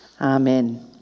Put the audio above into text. Amen